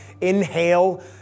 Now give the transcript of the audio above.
inhale